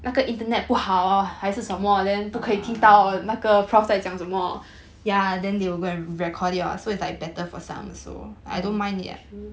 uh true